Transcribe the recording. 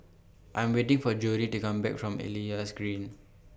I'm waiting For Jodi to Come Back from Elias Green